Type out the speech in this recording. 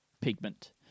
pigment